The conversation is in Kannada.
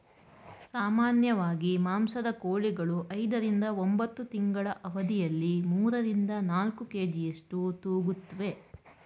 ಸಾಮಾನ್ಯವಾಗಿ ಮಾಂಸದ ಕೋಳಿಗಳು ಐದರಿಂದ ಒಂಬತ್ತು ತಿಂಗಳ ಅವಧಿಯಲ್ಲಿ ಮೂರರಿಂದ ನಾಲ್ಕು ಕೆ.ಜಿಯಷ್ಟು ತೂಗುತ್ತುವೆ